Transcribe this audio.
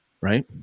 Right